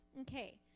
okay